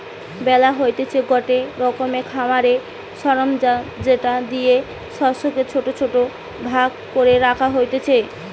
বেলার হতিছে গটে রকমের খামারের সরঞ্জাম যেটা দিয়ে শস্যকে ছোট ছোট ভাগ করে রাখা হতিছে